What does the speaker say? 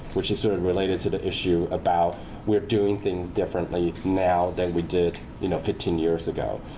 which is sort of related to the issue about we're doing things differently now than we did you know fifteen years ago.